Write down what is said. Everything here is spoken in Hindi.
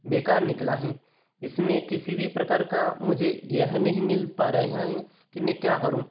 बेकार निकला है इसमें किसी भी प्रकार का मुझे यह नहीं मिल पा रहा है कि मैं क्या करूँ